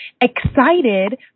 excited